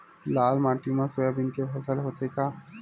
लाल माटी मा सोयाबीन के फसल होथे का?